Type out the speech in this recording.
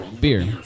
beer